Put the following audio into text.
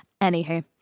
Anywho